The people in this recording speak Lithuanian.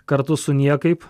kartu su niekaip